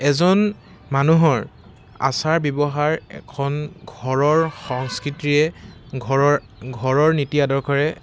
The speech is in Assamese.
এজন মানুহৰ আচাৰ ব্যৱহাৰ এখন ঘৰৰ সংস্কৃতিৰে ঘৰৰ ঘৰৰ নীতি আদৰ্শৰে